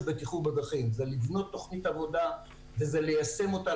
בטיחות בדרכים זה לבנות תוכנית עבודה וזה ליישם אותה,